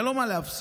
אין לו מה להפסיד.